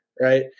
right